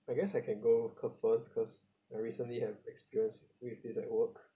I guess I can go ke~ first because I recently have experience with this at work